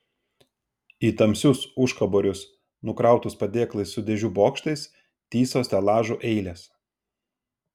į tamsius užkaborius nukrautus padėklais su dėžių bokštais tįso stelažų eilės